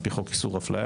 על פי חוק איסור אפליה,